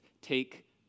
take